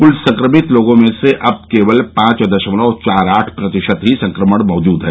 क्ल संक्रमित लोगों में से अब केवल पांच दशमलव चार आठ प्रतिशत में ही संक्रमण मौजूद है